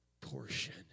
portion